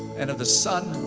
and of the son,